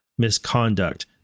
misconduct